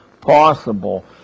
possible